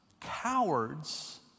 cowards